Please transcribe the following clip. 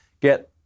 Get